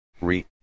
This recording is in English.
Re